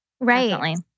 Right